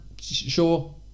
Sure